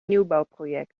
nieuwbouwproject